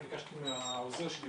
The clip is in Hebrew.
אני ביקשתי מהעוזר שלי,